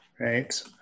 right